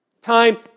Time